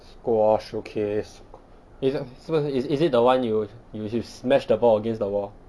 squash okay sq~ is it 是不是 is it the [one] you you smash the ball against the wall